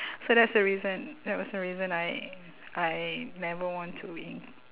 so that's the reason that was the reason I I never want to in~